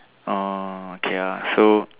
orh okay lah so